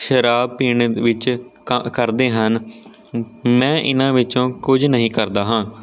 ਸ਼ਰਾਬ ਪੀਣ ਵਿੱਚ ਕਰ ਕਰਦੇ ਹਨ ਮੈਂ ਇਹਨਾਂ ਵਿੱਚੋਂ ਕੁਝ ਨਹੀਂ ਕਰਦਾ ਹਾਂ